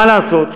מה לעשות.